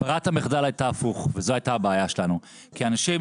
ברירת המחדל הייתה הפוך וזו הייתה הבעיה שלנו כי אנשים